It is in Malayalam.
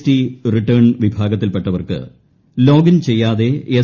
ടി റിട്ടേൺ വിഭാഗത്തിൽപ്പെട്ടവർക്ക് ലോഗിൻ ചെയ്യാതെ എസ്